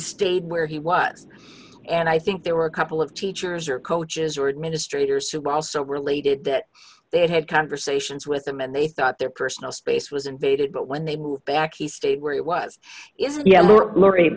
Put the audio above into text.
stayed where he was and i think there were a couple of teachers or coaches or administrators who were also related that they had conversations with them and they thought their personal space was invaded but when they moved back he stayed where he was is